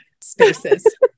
spaces